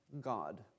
God